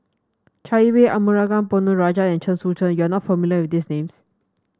Chai Yee Wei Arumugam Ponnu Rajah and Chen Sucheng you are not familiar with these names